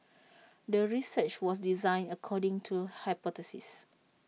the research was designed according to hypothesis